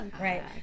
right